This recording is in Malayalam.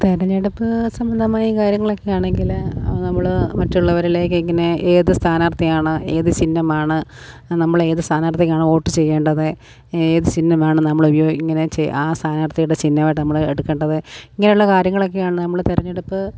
തെരഞ്ഞെടുപ്പ് സംബന്ധമായ കാര്യങ്ങളൊക്കെ ആണെങ്കില് നമ്മള് മറ്റുള്ളവരിലേക്കിങ്ങനെ ഏത് സ്ഥാനാർഥിയാണ് ഏത് ചിഹ്നമാണ് നമ്മളേത് സ്ഥാനാർത്ഥിക്കാണ് വോട്ട് ചെയ്യേണ്ടത് ഏത് ചിഹ്നമാണ് നമ്മള് ഇങ്ങനെ ആ സ്ഥാനാർഥിയുടെ ചിഹ്നമായിട്ട് നമ്മള് എടുക്കണ്ടത് ഇങ്ങനെയുള്ള കാര്യങ്ങളൊക്കെയാണ് നമ്മളും തെരഞ്ഞെടുപ്പ്